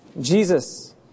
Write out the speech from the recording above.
Jesus